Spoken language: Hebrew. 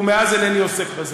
ומאז אינני עוסק בזה.